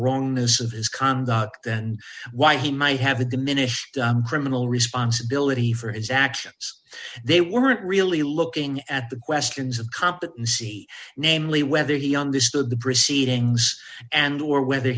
wrongness of his conduct and why he might have a diminished criminal responsibility for his actions they weren't really looking at the questions of competency namely whether he understood the proceedings and or whether